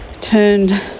turned